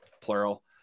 plural